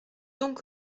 donc